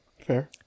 fair